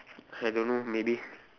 I don't know maybe